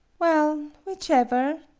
well, whichever,